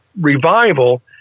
Revival